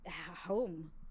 home